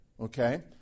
Okay